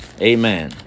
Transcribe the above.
Amen